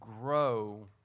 grow